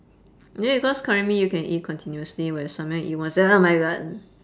is it because curry mee you can eat continuously whereas samyang you eat once then oh my god